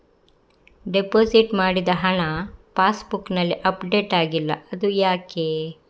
Deposit ಮಾಡಿದ ಹಣ ಪಾಸ್ ಬುಕ್ನಲ್ಲಿ ಅಪ್ಡೇಟ್ ಆಗಿಲ್ಲ ಅದು ಯಾಕೆ?